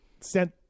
sent